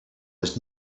was